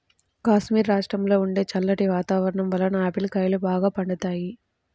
కాశ్మీరు రాష్ట్రంలో ఉండే చల్లటి వాతావరణం వలన ఆపిల్ కాయలు బాగా పండుతాయి